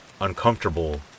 Uncomfortable